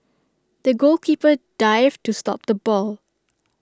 the goalkeeper dived to stop the ball